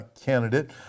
candidate